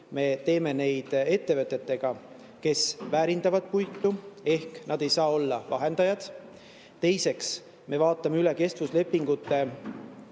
me sõlmime ettevõtetega, kes väärindavad puitu, ehk nad ei saa olla vahendajad. Teiseks, me vaatame kestvuslepingute